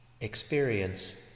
Experience